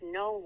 no